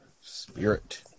Spirit